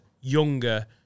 younger